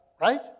Right